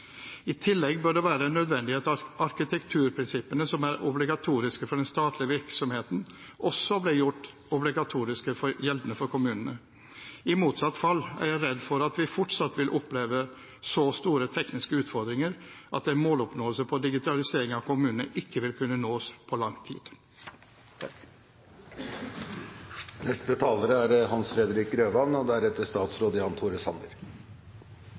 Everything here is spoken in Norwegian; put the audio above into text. I tillegg bør det være en nødvendighet at arkitekturprinsippene som er obligatoriske for den statlige virksomheten, også blir gjort obligatoriske og gjeldende for kommunene. I motsatt fall er jeg redd for at vi fortsatt vil oppleve så store tekniske utfordringer at målet om digitalisering av kommunale tjenester ikke vil kunne nås på lang tid. Flere og